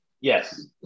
Yes